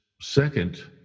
second